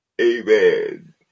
amen